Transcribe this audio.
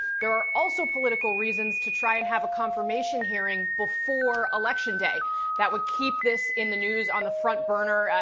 there are also political reasons to try and have a confirmation hearing before election day that would keep this in the news on the front burner.